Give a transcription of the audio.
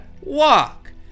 walk